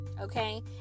Okay